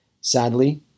Sadly